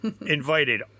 invited